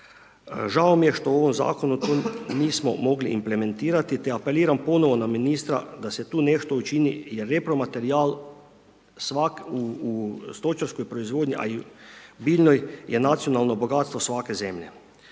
žao mi je što u ovom zakonu tu nismo mogli implementirati te apeliram ponovo na ministra da se tu nešto učini jer repromaterijal svak u stočarskoj proizvodnji, a i biljnoj je nacionalno bogatstvo svake zemlje.